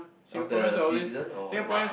of the seasons or whatever